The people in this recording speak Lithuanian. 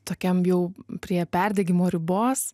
tokiam jau prie perdegimo ribos